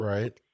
Right